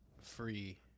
free